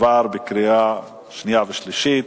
עבר בקריאה שנייה ושלישית,